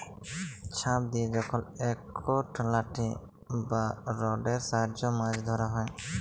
ছিপ দিয়ে যখল একট লাঠি বা রডের সাহায্যে মাছ ধ্যরা হ্যয়